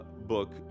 book